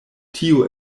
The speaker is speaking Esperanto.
tio